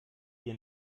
hier